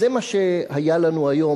אז זה מה שהיה לנו היום.